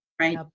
Right